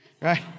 Right